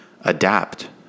adapt